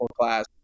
class